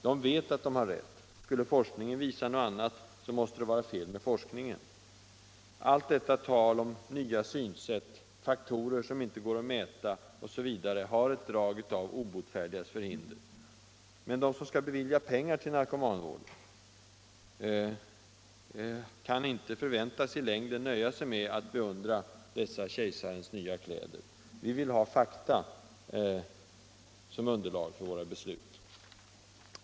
De vet att de har rätt — skulle forskningen visa något annat, så måste det vara fel med forskningen. Allt detta tal om nya synsätt, faktorer som inte går att mäta osv. har ett drag av den obotfärdiges förhinder. Men de som skall bevilja pengar till narkomanvården kan inte förväntas i längden nöja sig med att beundra dessa kejsarens nya kläder. Vi vill ha fakta som underlag för våra beslut.